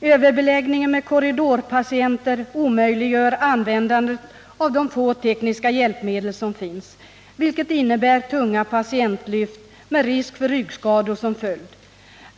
överbeläggningen med korridorpatienter omöjliggör användandet av de få tekniska hjälpmedel som finns, vilket innebär tunga patientlyft med risk för ryggskador som följd.